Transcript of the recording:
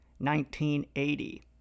1980